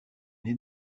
née